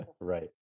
right